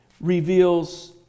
reveals